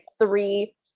three